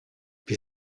wir